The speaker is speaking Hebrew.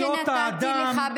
כמו שנתתי לך,